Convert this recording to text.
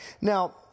now